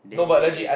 then